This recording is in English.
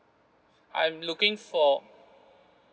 I'm looking for